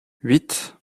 huit